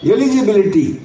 Eligibility